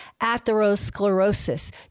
atherosclerosis